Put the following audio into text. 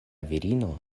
virino